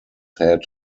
had